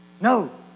No